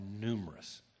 numerous